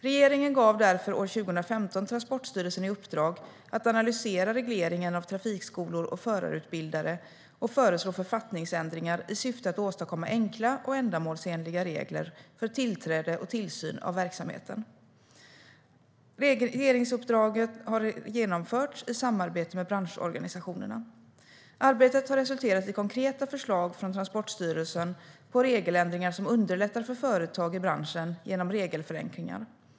Regeringen gav därför år 2015 Transportstyrelsen i uppdrag att analysera regleringen av trafikskolor och förarutbildare och föreslå författningsändringar i syfte att åstadkomma enkla och ändamålsenliga regler för tillträde och tillsyn av verksamheterna. Regeringsuppdraget har genomförts i samarbete med branschorganisationerna. Arbetet har resulterat i konkreta förslag från Transportstyrelsen på regeländringar som underlättar för företag i branschen genom regelförenklingar.